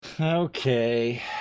Okay